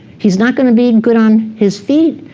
he's not going to be and good on his feet,